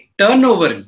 turnover